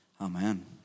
Amen